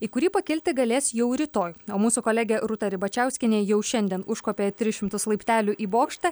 į kurį pakilti galės jau rytoj o mūsų kolegė rūta ribačiauskienė jau šiandien užkopė tris šimtus laiptelių į bokštą